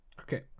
okay